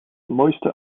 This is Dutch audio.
mooiste